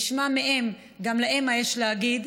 אשמע מהם גם מה יש להם להגיד.